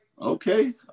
okay